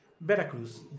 Veracruz